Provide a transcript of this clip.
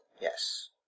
Yes